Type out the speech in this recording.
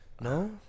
No